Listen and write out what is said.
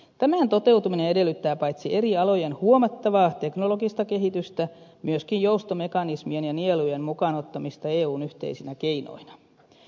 tämän toteutuminen edellyttää paitsi eri alojen huomattavaa teknologista kehitystä myöskin joustomekanismien ja nielujen mukaan ottamista eun yhteisinä keinoina